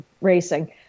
Racing